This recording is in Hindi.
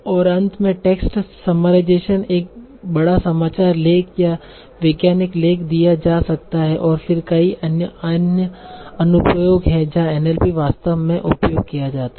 और अंत में टेक्स्ट समरराइजेसन एक बड़ा समाचार लेख या वैज्ञानिक लेख दिया जा सकता है और फिर कई अन्य अनुप्रयोग हैं जहां एनएलपी वास्तव में उपयोग किया जाता है